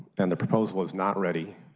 and the proposal is not ready,